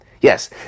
Yes